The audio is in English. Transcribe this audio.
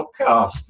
podcast